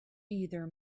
either